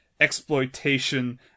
exploitation